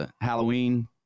Halloween